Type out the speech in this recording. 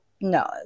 no